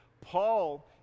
Paul